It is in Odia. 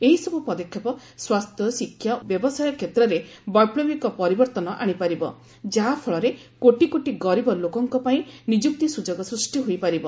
ଏହିସବୁ ପଦକ୍ଷେପ ସ୍ୱାସ୍ଥ୍ୟ ଶିକ୍ଷା ଓ ବ୍ୟବସାୟ କ୍ଷେତ୍ରରେ ବୈପ୍ଲବିକ ପରିବର୍ତ୍ତନ ଆଣିପାରିବ ଯାହାଫଳରେ କୋଟି କୋଟି ଗରିବ ଲୋକଙ୍କ ପାଇଁ ନିଯୁକ୍ତି ସୁଯୋଗ ସୃଷ୍ଟି ହୋଇପାରିବ